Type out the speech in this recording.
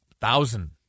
thousand